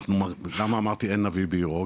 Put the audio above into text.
למה אמרתי אין נביא בעירו,